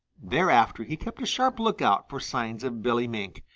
thereafter he kept a sharp lookout for signs of billy mink,